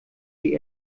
die